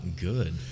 good